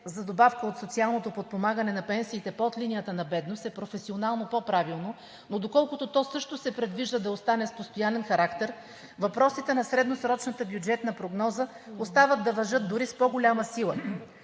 за добавка от социалното подпомагане на пенсиите под линията на бедност е професионално по-правилно, но доколкото то също се предвижда да остане с постоянен характер, въпросите на средносрочната бюджетна прогноза остават да важат дори с по голяма сила.